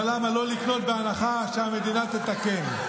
אבל למה לא לקנות בהנחה, שהמדינה תתקן.